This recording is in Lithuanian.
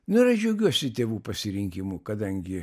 nu ir aš džiaugiuosi tėvų pasirinkimu kadangi